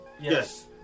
Yes